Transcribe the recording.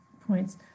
points